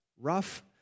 rough